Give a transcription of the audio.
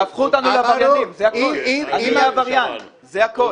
יהפכו אותנו לעבריינים, זה הכול.